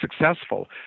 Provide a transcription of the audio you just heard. successful